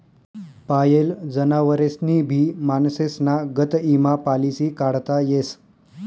पायेल जनावरेस्नी भी माणसेस्ना गत ईमा पालिसी काढता येस